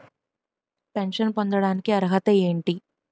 Pension పొందడానికి అర్హత ఏంటి?